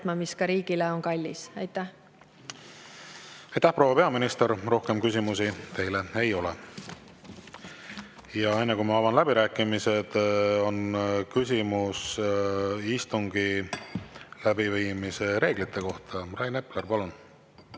mis on riigile kallis. Aitäh, proua peaminister! Rohkem küsimusi teile ei ole. Enne kui ma avan läbirääkimised, on küsimus istungi läbiviimise reeglite kohta. Rain Epler, palun!